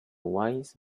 wise